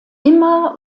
immer